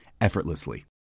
effortlessly